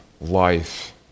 life